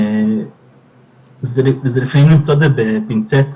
זה לפעמים למצוא את זה בפינצטה,